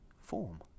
form